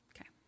Okay